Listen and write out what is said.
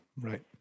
right